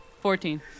Fourteen